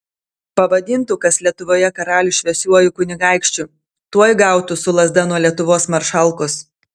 pavadintų kas lietuvoje karalių šviesiuoju kunigaikščiu tuoj gautų su lazda nuo lietuvos maršalkos